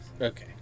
okay